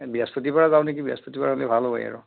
এই বৃহস্পতিবাৰে যাওঁ নেকি বৃহস্পতিবাৰ হ'লে ভাল হয় আৰু